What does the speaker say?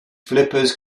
flippers